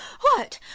what!